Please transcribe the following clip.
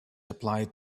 applied